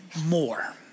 more